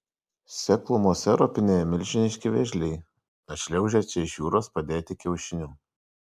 seklumose ropinėjo milžiniški vėžliai atšliaužę čia iš jūros padėti kiaušinių